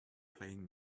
playing